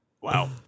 Wow